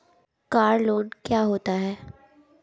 Car loan क्या होता है?